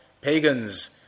pagans